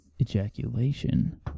ejaculation